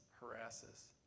harasses